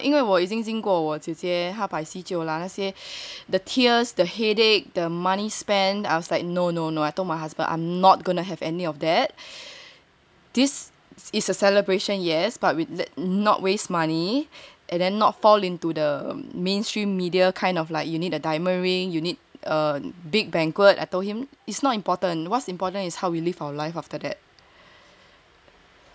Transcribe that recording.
因为啊因为我已经经过我姐姐摆席酒那些 the tears the headache the money spent I was like no no no I told my husband I'm not gonna have any of that this is a celebration yes but let's not waste money and then not fall into the mainstream media kind of like you need a diamond ring you need a big banquet I told him it's not important what's important is how we live our life after that